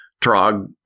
Trog